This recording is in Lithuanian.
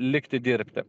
likti dirbti